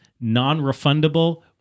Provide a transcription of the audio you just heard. non-refundable